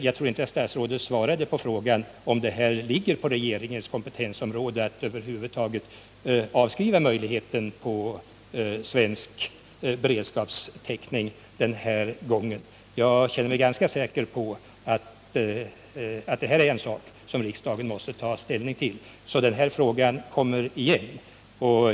Jag tror inte att statsrådet svarade på min fråga om det ligger inom regeringens kompetensområde att avskriva möjligheten av svensk beredskapstäckning. Jag känner mig ganska säker på att detta är en sak som riksdagen måste ta ställning till, varför denna fråga kommer tillbaka.